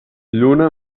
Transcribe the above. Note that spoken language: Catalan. lluna